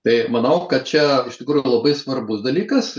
tai manau kad čia iš tikrųjų labai svarbus dalykas